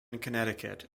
connecticut